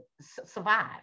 survive